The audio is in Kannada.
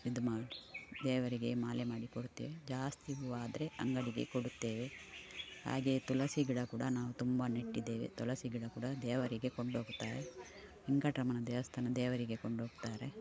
ಇದು ಮಾಡಿ ದೇವರಿಗೆ ಮಾಲೆ ಮಾಡಿ ಕೊಡುತ್ತೇವೆ ಜಾಸ್ತಿ ಹೂವಾದರೆ ಅಂಗಡಿಗೆ ಕೊಡುತ್ತೇವೆ ಹಾಗೆಯೇ ತುಲಸಿ ಗಿಡ ಕೂಡ ನಾವು ತುಂಬ ನೆಟ್ಟಿದ್ದೇವೆ ತುಲಸಿ ಗಿಡ ಕೂಡ ದೇವರಿಗೆ ಕೊಂಡೋಗ್ತಾರೆ ವೆಂಕಟರಮಣ ದೇವಸ್ಥಾನ ದೇವರಿಗೆ ಕೊಂಡೋಗ್ತಾರೆ